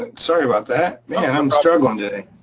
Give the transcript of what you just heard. ah sorry about that. man, i'm struggling today.